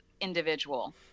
individual